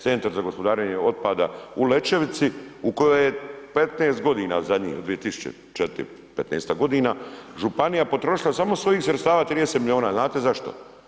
Centar za gospodarenje otpada u Lećevici u kojoj je 15 godina zadnjih od 2004., 15-tak godina, županija potrošila samo svojih sredstava 30 milijuna, znate zašto?